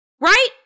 right